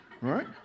right